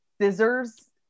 scissors